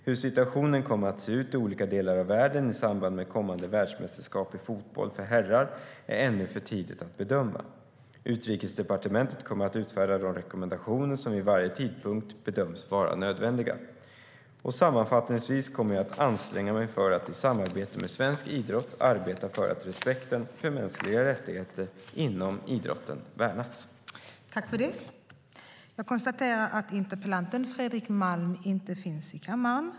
Hur situationen kommer att se ut i olika delar av världen i samband med kommande världsmästerskap i fotboll för herrar är ännu för tidigt att bedöma. Utrikesdepartementet kommer att utfärda de rekommendationer som vid varje tidpunkt bedöms vara nödvändiga. Sammanfattningsvis kommer jag att anstränga mig för att i samarbete med svensk idrott arbeta för att respekten för mänskliga rättigheter inom idrotten värnas.